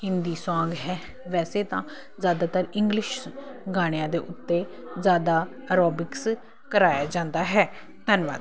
Hindi song ਹੈ ਵੈਸੇ ਤਾਂ ਜਿਆਦਾਤਰ ਇੰਗਲਿਸ਼ ਗਾਣਿਆਂ ਦੇ ਉੱਤੇ ਜਿਆਦਾ ਐਰੋਬਿਕਸ ਕਰਾਇਆ ਜਾਂਦਾ ਹੈ ਧੰਨਵਾਦ